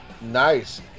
Nice